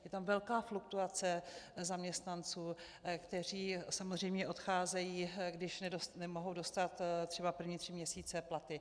Je tam velká fluktuace zaměstnanců, kteří samozřejmě odcházejí, když nemohou dostat třeba první tři měsíce platy.